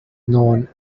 known